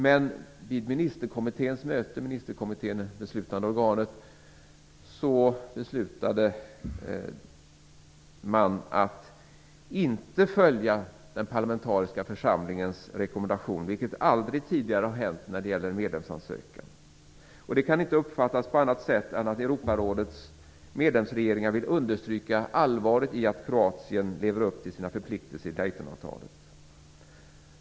Men vid ministerkommitténs - det beslutande organets - möte, beslutade man att inte följa den parlamentariska församlingens rekommendation, något som aldrig tidigare har hänt när det gäller en medlemsansökan. Det kan inte uppfattas på annat sätt än att Europarådets medlemsregeringar vill understryka allvaret i att Kroatien lever upp till sina förpliktelser i Daytonavtalet.